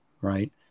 right